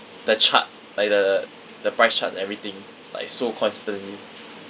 the chart like the the price charts everything like so constantly